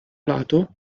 lato